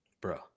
bro